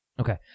Okay